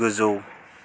गोजौ